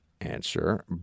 answer